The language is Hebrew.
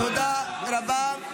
--- תודה רבה.